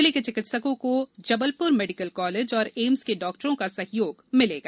जिले के चिकित्सकों को जबलपुर मेडिकल कॉलेज और एम्स के डॉक्टरों का सहयोग मिलेगा